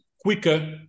quicker